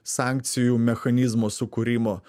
sankcijų mechanizmo sukūrimo